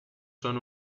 son